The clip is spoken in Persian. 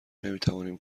نمیتوانیم